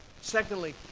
Secondly